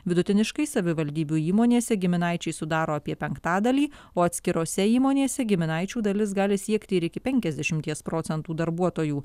vidutiniškai savivaldybių įmonėse giminaičiai sudaro apie penktadalį o atskirose įmonėse giminaičių dalis gali siekti ir iki penkiasdešimies procentų darbuotojų